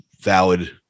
valid